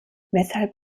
weshalb